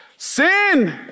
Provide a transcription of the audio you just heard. Sin